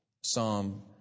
psalm